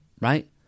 right